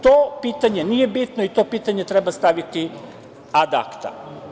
To pitanje nije bitno i to pitanje treba staviti ad akta.